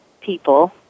people